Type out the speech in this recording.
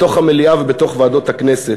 בתוך המליאה ובתוך ועדות הכנסת,